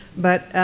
but